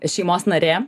šeimos narė